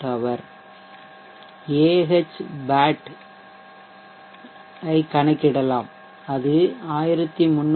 Ahbat ஐ கணக்கிடலாம் அது 13060